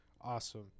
awesome